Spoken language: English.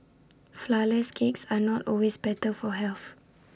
Flourless Cakes are not always better for health